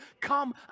Come